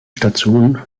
station